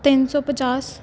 ਤਿੰਨ ਸੌ ਪਚਾਸ